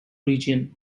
region